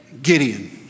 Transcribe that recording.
Gideon